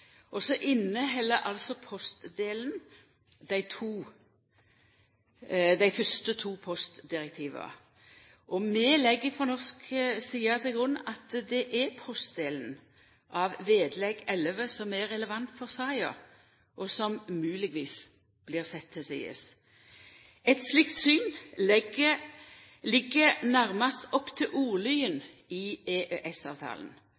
og informasjonssamfunnstenester. Postdelen inneheld dei fyrste to postdirektiva. Vi legg frå norsk side til grunn at det er postdelen av vedlegg XI som er relevant for saka, og som mogelegvis blir sett til side. Eit slikt syn ligg nærast opp til